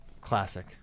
Classic